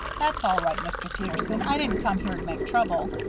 that's all right, mr. peterson. i didn't come here to make trouble.